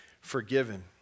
forgiven